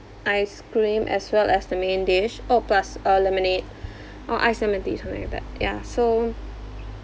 ice-cream as well as the main dish oh plus a lemonade or ice lemon tea something like that ya so